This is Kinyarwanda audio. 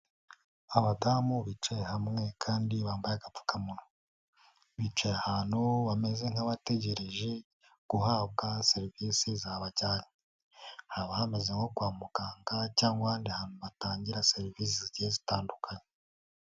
Abadamu bicaye hamwe kandi bambaye agapfukamunwa, bicaye ahantu bameze nk'abategereje guhabwa serivisi zabajyanye, haba hameze nko kwa muganga cyangwa ahantu hatangira serivisi zigiye zitandukanye.